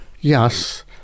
Yes